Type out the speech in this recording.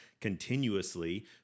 continuously